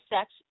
Sex